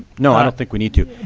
no, i don't think we need to.